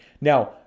Now